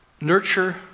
nurture